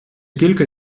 кілька